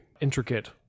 intricate